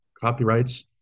copyrights